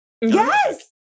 Yes